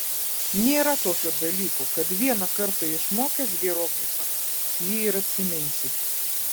nėra tokio dalyko kad vieną kartą išmokęs hieroglifą jį ir atsiminsi